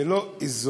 זה לא אזור,